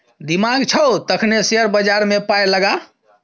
दिमाग छौ तखने शेयर बजारमे पाय लगा